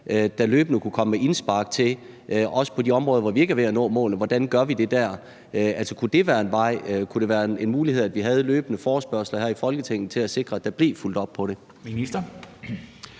der løbende kunne komme med indspark til – også på de områder, hvor vi ikke er ved at nå målet – hvordan vi gør det. Kunne det være en vej? Kunne det være en mulighed, at vi havde løbende forespørgsler her i Folketinget for at sikre, at der blev fulgt op på det?